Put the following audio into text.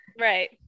Right